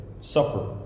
supper